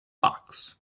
box